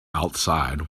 outside